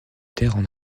terre